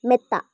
മെത്ത